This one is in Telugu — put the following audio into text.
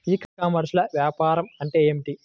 ఈ కామర్స్లో వ్యాపారం అంటే ఏమిటి?